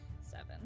Seven